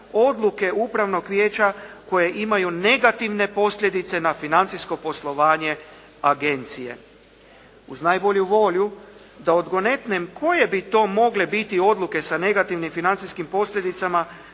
odluke upravnog vijeća koje imaju negativne posljedice na financijsko poslovanje agencije. Uz najbolju volju da odgonetnem koje bi to mogle biti odluke sa negativnim financijskim posljedicama